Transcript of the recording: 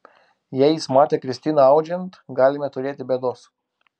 jei jis matė kristiną audžiant galime turėti bėdos